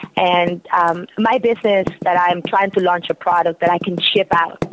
and um my business that i'm trying to launch a product that i can ship out,